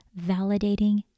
validating